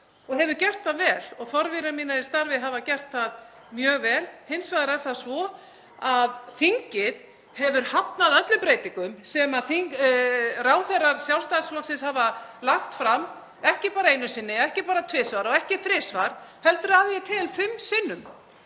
og hefur gert það vel og forverar mínir í starfi hafa gert það mjög vel. Hins vegar er það svo að þingið hefur hafnað öllum breytingum sem ráðherrar Sjálfstæðisflokksins hafa lagt fram, ekki bara einu sinni, ekki bara tvisvar og ekki þrisvar, heldur að ég tel fimm sinnum.